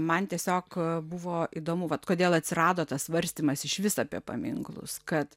man tiesiog buvo įdomu vat kodėl atsirado tas svarstymas išvis apie paminklus kad